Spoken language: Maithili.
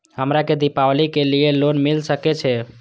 हमरा के दीपावली के लीऐ लोन मिल सके छे?